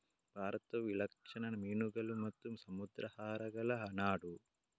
ಭಾರತವು ವಿಲಕ್ಷಣ ಮೀನುಗಳು ಮತ್ತು ಸಮುದ್ರಾಹಾರಗಳ ನಾಡು